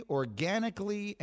organically